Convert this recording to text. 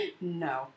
no